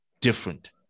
different